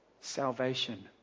salvation